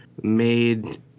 made